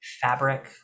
fabric